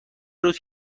روز